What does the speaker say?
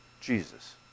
Jesus